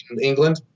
England